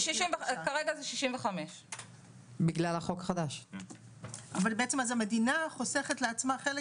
שכרגע הוא גיל 65. בעצם המדינה חוסכת לעצמה חלק